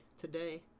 today